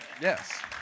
yes